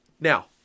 now